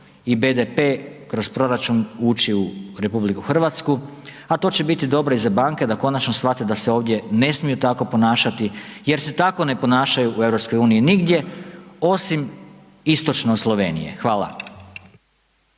i BDP, kroz proračun uči u RH a to će biti dobro i za banke da konačno shvate da se ovdje ne smiju tako ponašati jer se tako ne ponašaju u EU nigdje osim istočno od Slovenije. Hvala.